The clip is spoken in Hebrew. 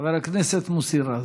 חבר הכנסת מוסי רז.